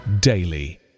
daily